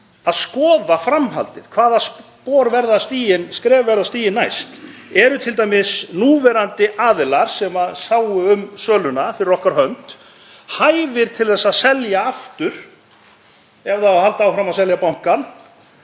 að skoða framhaldið. Hvaða skref verða stigin næst? Eru t.d. núverandi aðilar sem sáu um söluna fyrir okkar hönd hæfir til þess að selja aftur ef það á að halda áfram að selja bankann?